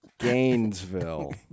Gainesville